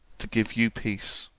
to give you peace.